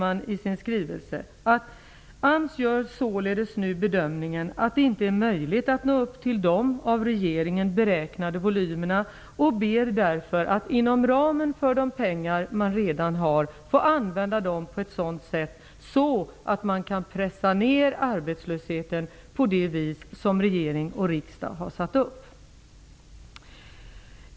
AMS gör således bedömningen att det inte är möjligt att nå upp till de av regeringen beräknade volymerna och ber därför att, inom ramen för de pengar man redan har, få använda pengarna på ett sådant sätt att man kan pressa ner arbetslösheten så som regering och riksdag har förutsatt.